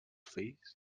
fills